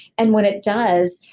and when it does,